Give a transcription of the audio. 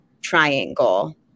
triangle